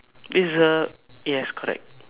this is uh yes correct